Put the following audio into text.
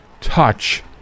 touch